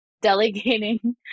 delegating